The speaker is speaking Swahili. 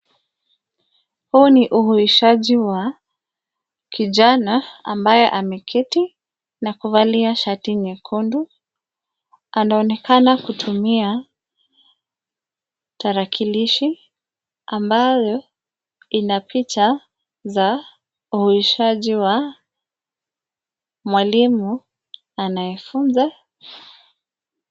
Huu ni uuhishaji wa kijana ambaye ameketi na kuvalia shati nyekundu, anaonekana kutumia tarakilishi ambayo ina picha za uuhishaji wa mwalimu anayefunza.